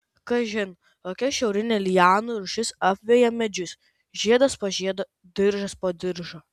kažin kokia šiaurinė lianų rūšis apveja medžius žiedas po žiedo diržas po diržo